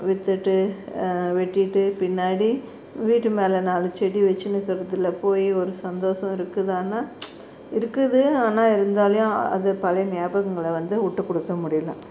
விற்றுட்டு வெட்டிவிட்டு பின்னாடி வீட்டு மேலே நாலு செடி வச்சுன்னுருக்குறதுல போய் ஒரு சந்தோசம் இருக்குதான்னா இருக்குது ஆனால் இருந்தாலையும் அது பழைய நியாபகங்களை வந்து விட்டுக்குடுக்க முடியல